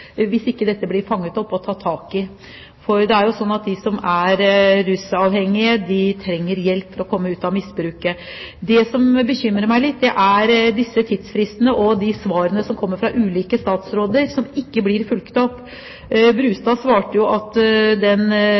hvis ikke dette blir fanget opp og tatt tak i. Det er jo slik at de som er rusavhengige, trenger hjelp til å komme ut av misbruket. Det som bekymrer meg litt, er tidsfristene og de svarene som kommer fra ulike statsråder, som ikke blir fulgt opp. Sylvia Brustad svarte jo at